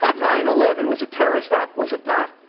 nine eleven was a terrorist act was it not